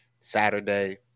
Saturday